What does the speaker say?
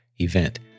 event